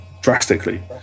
drastically